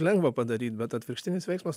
lengva padaryt bet atvirkštinis veiksmas